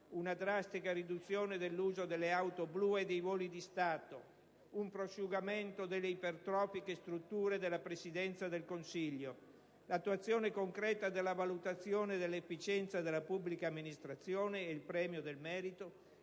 una drastica riduzione dell'uso delle auto blu e dei voli di Stato; un prosciugamento delle ipertrofiche strutture della Presidenza del Consiglio; l'attuazione concreta della valutazione dell'efficienza della pubblica amministrazione e il premio del merito,